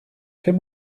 fais